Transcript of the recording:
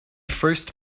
first